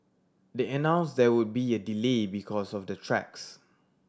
they announced there would be a delay because of the tracks